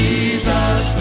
Jesus